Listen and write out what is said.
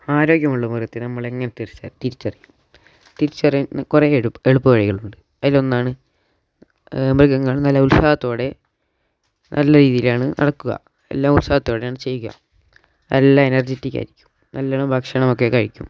ആരോഗ്യമുള്ള മൃഗത്തിനെ നമ്മൾ എങ്ങനെ തിരിച്ചറിയും തിരിച്ചറിയാൻ കുറേ എളുപ്പ വഴികൾ ഉണ്ട് അതിൽ ഒന്നാണ് മൃഗങ്ങൾ നല്ല ഉത്സാഹത്തോടെ നല്ല രീതിയിലാണ് നടക്കുക എല്ലാ ഉത്സാഹത്തോടെയാണ് ചെയ്യുക നല്ല എനർജെറ്റിക്ക് ആയിരിക്കും നല്ലോണം ഭക്ഷണമൊക്കെ കഴിക്കും